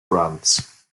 grants